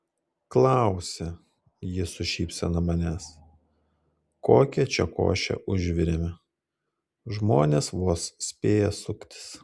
klausia ji su šypsena manęs kokią čia košę užvirėme žmonės vos spėja suktis